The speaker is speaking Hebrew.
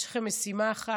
יש לכם משימה אחת: